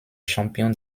champion